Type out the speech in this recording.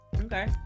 okay